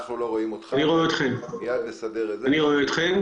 אני אציג את הדברים,